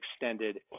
extended